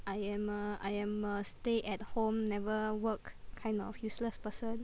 I am a I am a stay at home never work kind of useless person